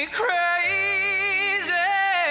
crazy